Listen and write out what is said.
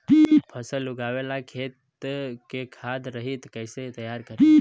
फसल उगवे ला खेत के खाद रहित कैसे तैयार करी?